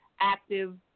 active